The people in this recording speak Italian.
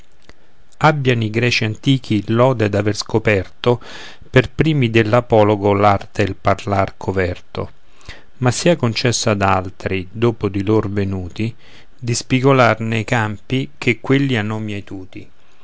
abbiano i greci antichi lode d'aver scoperto pei primi dell'apologo l'arte e il parlar coverto ma sia concesso ad altri dopo di lor venuti di spigolar nei campi che quelli hanno mietuti